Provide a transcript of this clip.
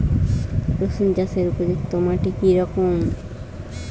রুসুন চাষের উপযুক্ত মাটি কি রকম?